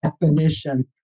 definition